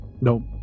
Nope